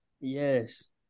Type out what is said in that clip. Yes